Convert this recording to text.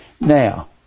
Now